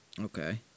Okay